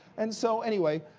and so, anyway,